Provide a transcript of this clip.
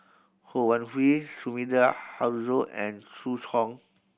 Ho Wan Hui Sumida Haruzo and Zhu Hong